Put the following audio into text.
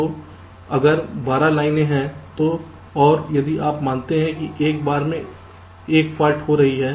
तो अगर 12 लाइनें हैं और यदि आप मानते हैं कि एक बार में 1 फाल्ट हो रही है